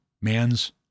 man's